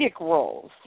roles